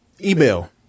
email